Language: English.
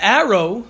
arrow